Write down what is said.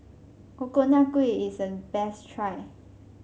Coconut Kuih is a best try